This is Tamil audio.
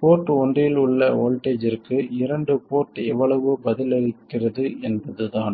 போர்ட் ஒன்றில் உள்ள வோல்ட்டேஜ்ற்கு இரண்டு போர்ட் எவ்வளவு பதிலளிக்கிறது என்பதுதான்